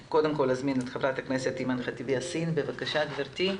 בתחילה ח"כ אימאן ח'טיב יאסין, בבקשה גבירתי.